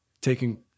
taking